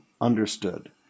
understood